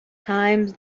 times